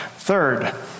Third